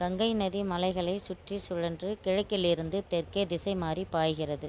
கங்கை நதி மலைகளைச் சுற்றிச் சுழன்று கிழக்கிலிருந்து தெற்கே திசை மாறிப் பாய்கிறது